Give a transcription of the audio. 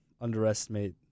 underestimate